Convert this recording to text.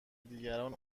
دیگران